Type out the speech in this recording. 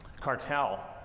cartel